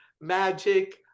magic